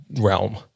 realm